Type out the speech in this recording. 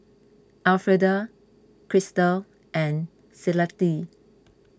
Elfreda Krystal and